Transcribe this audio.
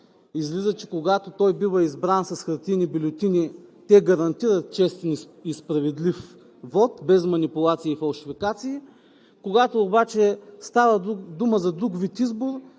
Излиза, че когато той бива избран с хартиени бюлетини, те гарантират честен и справедлив вот без манипулации и фалшификации, когато обаче става дума за друг вид избор,